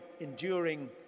enduring